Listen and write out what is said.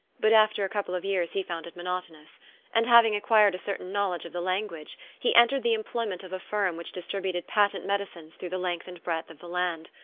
but after a couple of years he found it monotonous and having acquired a certain knowledge of the language he entered the employment of a firm which dis tributed patent medicines through the length and breadth of the land.